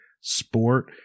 sport